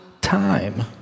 time